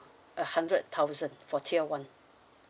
a hundred thousand for tier one